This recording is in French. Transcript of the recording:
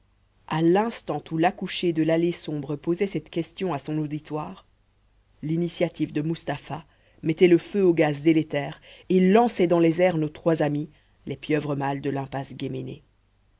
à l'instant où l'accouchée de l'allée sombre posait cette question à son auditoire l'initiative de mustapha mettait le feu aux gaz délétères et lançait dans les airs nos trois amis les pieuvres mâles de l'impasse guéménée